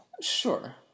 Sure